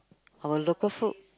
our local food